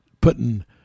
putting